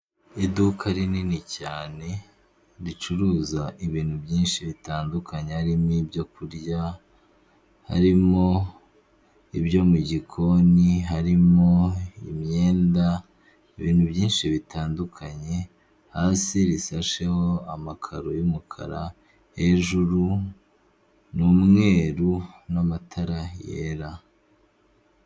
Iduka rinini cyane ricuruza ibintu byinshi bitandukanye haririmo ibyo kurya harimo ibyo mu gikoni harimo imyenda ibintu byinshi bitandukanye hasi risasheho amakaro y'umukara hejuru n'umweru n'amatara yera.